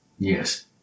Yes